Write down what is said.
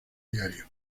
diario